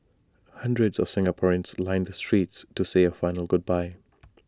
hundreds of Singaporeans lined the streets to say A final goodbye